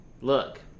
Look